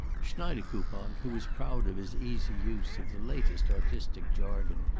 schneidekoupon, who was proud of his easy use of the latest artistic jargon,